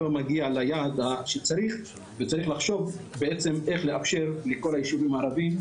לא מגיע ליעד שצריך וצריך לחשוב איך לאפשר לכל היישובים הערביים.